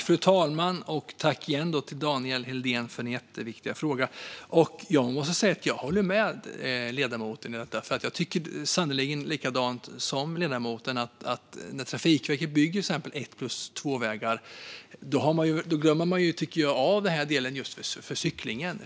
Fru talman! Tack återigen, Daniel Helldén, för en jätteviktig fråga! Jag måste säga att jag håller med ledamoten i detta. Jag tycker sannerligen likadant som ledamoten: När Trafikverket bygger till exempel två-plus-ett-vägar tycker jag att man glömmer av den del som gäller cyklingen.